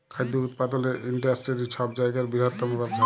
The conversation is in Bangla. খাদ্য উৎপাদলের ইন্ডাস্টিরি ছব জায়গার বিরহত্তম ব্যবসা